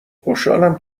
خوشحالم